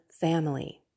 family